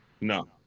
No